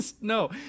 No